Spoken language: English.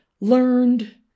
learned